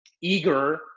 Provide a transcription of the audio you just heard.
eager